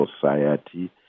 society